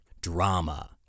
...drama